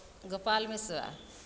Gopal Mishra